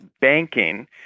banking